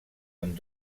amb